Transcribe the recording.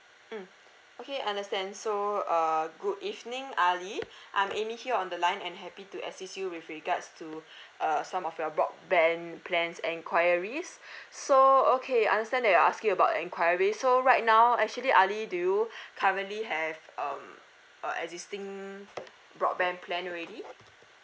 mm okay understand so uh good evening ali I'm amy here on the line and happy to assist you with regards to uh some of your broadband plans enquiries so okay understand that you're asking about an enquiry so right now actually ali do you currently have um a existing broadband plan already